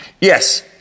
Yes